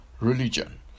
religion